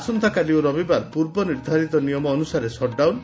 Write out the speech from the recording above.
ଆସନ୍ତାକାଲି ଓ ରବିବାର ପୂର୍ବ ନିର୍ବ୍ବାରିତ ନିୟମ ଅନୁସାରେ ସଟ୍ଡାଉନ୍